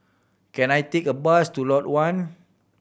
can I take a bus to Lot One